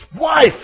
wife